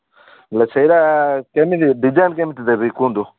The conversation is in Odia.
ହେଲେ ସେଇଟା କେମିତି ଡିଜାଇନ୍ କେମିତି ଦେବି କୁହନ୍ତୁ